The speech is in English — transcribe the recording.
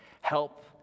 Help